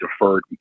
deferred